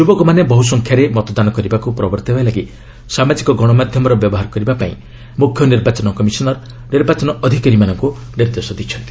ଯୁବକମାନେ ବହୁ ସଂଖ୍ୟାରେ ମତଦାନ କରିବାକୁ ପ୍ରବର୍ତ୍ତାଇବା ଲାଗି ସାମାଜିକ ଗଶମାଧ୍ୟମର ବ୍ୟବହାର କରିବାକୁ ମୁଖ୍ୟ ନିର୍ବାଚନ କମିଶନର୍ ନିର୍ବାଚନ ଅଧିକାରୀମାନଙ୍କୁ ନିର୍ଦ୍ଦେଶ ଦେଇଛନ୍ତି